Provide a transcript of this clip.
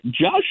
Josh